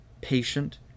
patient